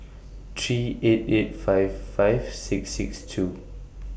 three eight eight five five six six two